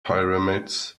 pyramids